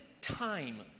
time